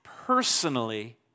Personally